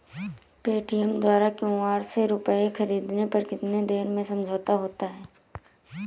Paytm द्वारा QR से रूपए ख़रीदने पर कितनी देर में समझौता होता है?